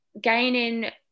gaining